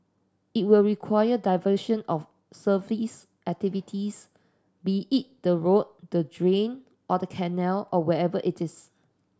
it will require diversion of surface activities be it the road the drain or the canal or whatever it is